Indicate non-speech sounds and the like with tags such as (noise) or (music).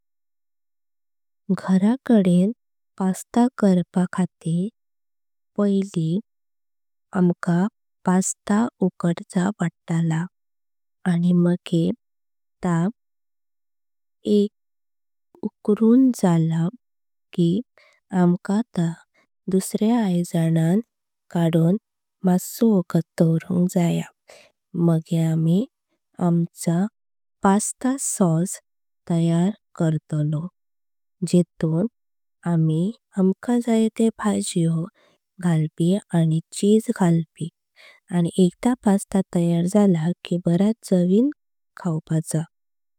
घर कदेन पास्ता करप खातीर आयली आमका पास्ता। उलडचा पडटला आनी मागे ता (hesitation) उकडून। जाला की आमका ता दुसऱ्या आयजनच्या कडून मास्सो। वोगत डोवरूंक जाया मागे आमि आमचि पास्ता चे। ग्रेवी तयार करूनक जायी हेतून आमी आमका जाये ते। भाजीयो घालपी आनी चीज घालपी आनी एकदा। पास्ता जाला तयार की बरा चवीन खवपाच।